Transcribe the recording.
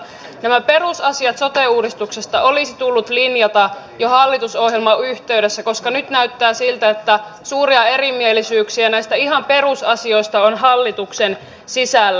nämä perusasiat sote uudistuksesta olisi tullut linjata jo hallitusohjelman yhteydessä koska nyt näyttää siltä että suuria erimielisyyksiä näistä ihan perusasioista on hallituksen sisällä